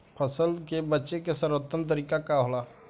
फसल के बेचे के सर्वोत्तम तरीका का होला?